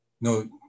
no